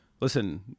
listen